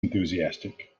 enthusiastic